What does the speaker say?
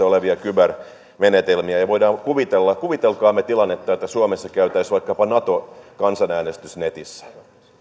olevia kybermenetelmiä kuvitelkaamme tilanne että suomessa käytäisiin vaikkapa nato kansanäänestys netissä